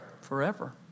Forever